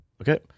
Okay